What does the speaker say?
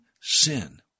sin